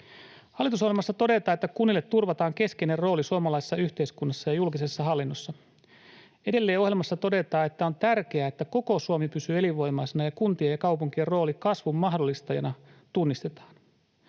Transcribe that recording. Hallitusohjelmassa todetaan, että ”kunnille turvataan keskeinen rooli suomalaisessa yhteiskunnassa ja julkisessa hallinnossa”. Edelleen ohjelmassa todetaan, että ”on tärkeää, että koko Suomi pysyy elinvoimaisena ja kuntien ja kaupunkien rooli kasvun mahdollistajana tunnistetaan”.